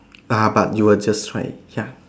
ah but you were just try it ya